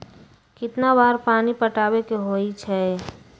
कितना बार पानी पटावे के होई छाई?